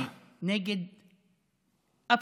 מה אתה מצטדק